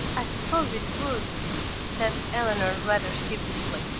i suppose it would said eleanor, rather sheepishly.